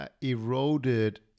eroded